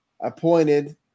appointed